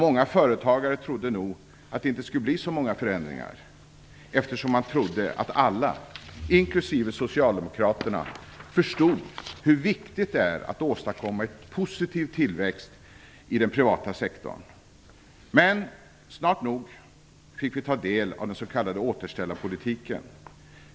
Många företagare trodde nog att det inte skulle bli så många förändringar eftersom man trodde att alla, inklusive socialdemokraterna, förstod hur viktigt det är att åstadkomma en positiv tillväxt i den privata sektorn. Men snart nog fick vi ta del av den s.k. återställarpolitiken.